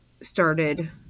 started